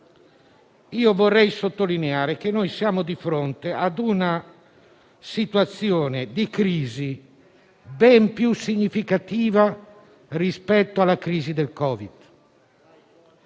Vorrei sottolineare che siamo di fronte a una situazione di crisi ben più significativa rispetto alla crisi del Covid.